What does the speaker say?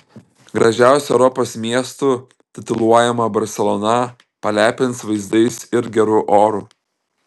gražiausiu europos miestu tituluojama barselona palepins vaizdais ir geru oru